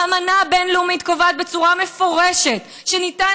האמנה הבין-לאומית קובעת בצורה מפורשת שניתן